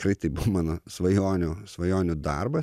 tikrai tai buvo mano svajonių svajonių darbas